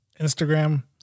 Instagram